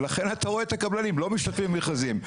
ולכן אתה רואה את הקבלנים לא משתתפים במכרזים,